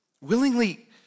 willingly